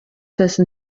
dessen